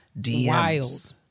DMs